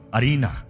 arena